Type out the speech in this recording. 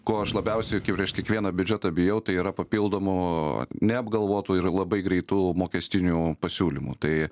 ko aš labiausiai prieš kiekvieną biudžetą bijau tai yra papildomų neapgalvotų ir labai greitų mokestinių pasiūlymų tai